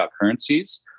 currencies